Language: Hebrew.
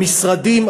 המשרדים,